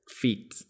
feet